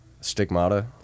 stigmata